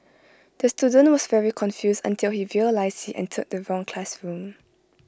the student was very confused until he realised he entered the wrong classroom